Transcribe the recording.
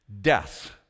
death